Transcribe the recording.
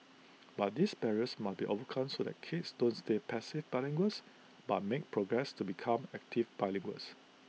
but this barriers must be overcome so that kids don't stay passive bilinguals but make progress to become active bilinguals